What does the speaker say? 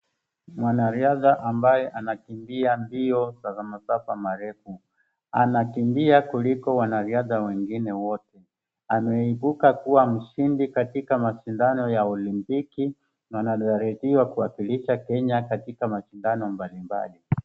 Mwanariadha ambaye anakimbia mbio za masafa marefu. Anakimbia kuliko wanariadha wengine wote. Ameibuka kuwa mshindi katika mashindano ya olimpiki, na anatarajiwa kuwakilisha Kenya katika mashindano mbalimbali.